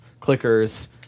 clickers